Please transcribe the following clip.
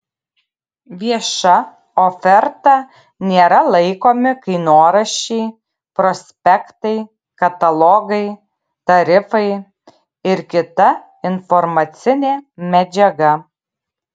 vieša oferta nėra laikomi kainoraščiai prospektai katalogai tarifai ir kita informacinė medžiaga